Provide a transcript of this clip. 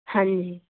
ਹਾਂਜੀ